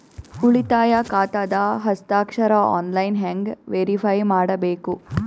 ಉಳಿತಾಯ ಖಾತಾದ ಹಸ್ತಾಕ್ಷರ ಆನ್ಲೈನ್ ಹೆಂಗ್ ವೇರಿಫೈ ಮಾಡಬೇಕು?